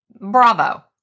bravo